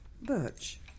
Birch